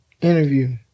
interview